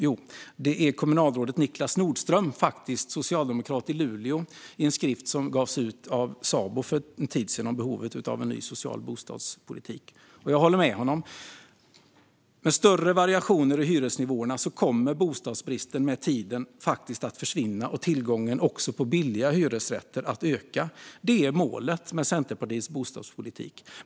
Jo, kommunalrådet Niklas Nordström, socialdemokrat i Luleå, i en skrift utgiven av Sabo för en tid sedan om behovet av en ny social bostadspolitik. Jag håller med honom. Med större variationer i hyresnivåerna kommer bostadsbristen med tiden att försvinna och tillgången också på billiga hyresrätter att öka. Det är målet med Centerpartiets bostadspolitik.